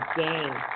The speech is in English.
game